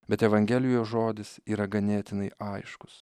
bet evangelijos žodis yra ganėtinai aiškus